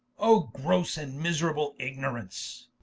o grosse and miserable ignorance